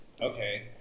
okay